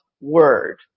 word